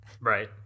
Right